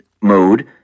mode